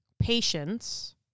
patience